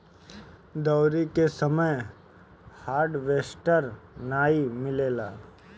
दँवरी के समय हार्वेस्टर नाइ मिलेला